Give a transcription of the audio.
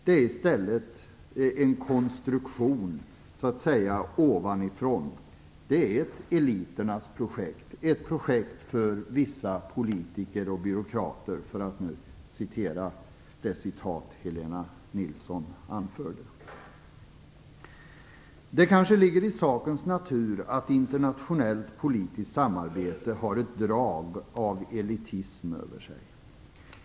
Det är i stället en konstruktion så att säga ovanifrån. Det är ett eliternas projekt, ett projekt för vissa politiker och byråkrater, enligt det citat som Helena Nilsson anförde. Det ligger kanske i sakens natur att internationellt politiskt samarbete har ett drag av elitism över sig.